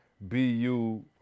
BU